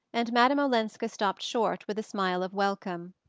and madame olenska stopped short with a smile of welcome.